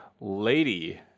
Lady